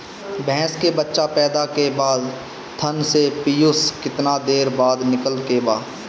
भैंस के बच्चा पैदा के बाद थन से पियूष कितना देर बाद निकले के बा?